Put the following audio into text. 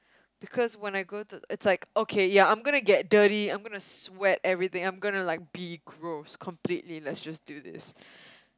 because when I go to it's like okay ya I'm gonna get dirty I'm gonna sweat everything I'm gonna like be gross completely let's just do this